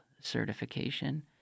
certification